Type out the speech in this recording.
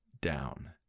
down